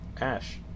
Ash